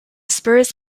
spurs